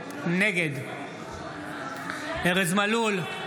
נגד ארז מלול,